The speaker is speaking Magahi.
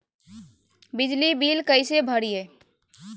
बिजली बिल कैसे भरिए?